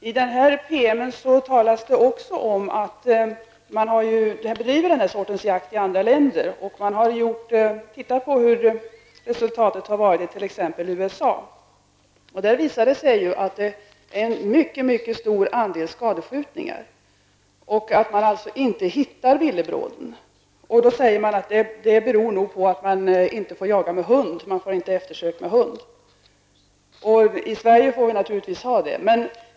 Fru talman! I denna PM talas det också om att det bedrivs sådan jakt i andra länder. Bl.a. har man tittat på detta i USA. Där har det visat sig vara en mycket stor andel skadeskjutningar och att man inte hittar villebråden. Man tror där att det beror på att man inte får jaga med hund. I Sverige får vi naturligtvis ha hund.